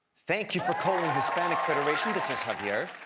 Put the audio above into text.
thank you for calling hispanic federation. this is javier.